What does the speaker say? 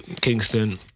Kingston